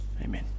Amen